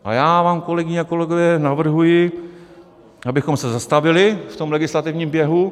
A já vám, kolegyně a kolegové, navrhuji, abychom se zastavili v tom legislativním běhu.